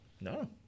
No